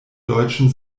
deutschen